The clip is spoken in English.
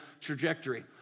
trajectory